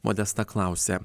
modesta klausia